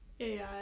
AI